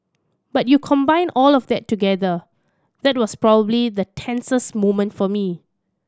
but you combine all of that together that was probably the tensest moment for me